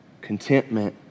contentment